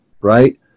right